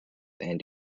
and